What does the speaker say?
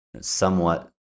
somewhat